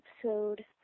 episode